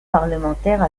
parlementaires